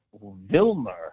Wilmer